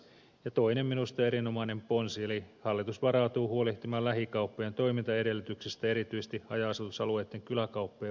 ja toinen minusta erinomainen ponsi on se että hallitus varautuu huolehtimaan lähikauppojen toimintaedellytyksistä erityisesti haja asutusalueitten kyläkauppojen osalta